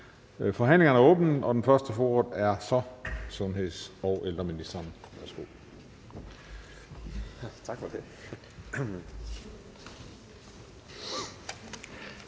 Forhandlingen er åbnet. Den første, der får ordet, er sundheds- og ældreministeren.